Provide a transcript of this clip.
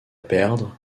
perdre